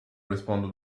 responded